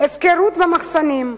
הפקרות במחסנים,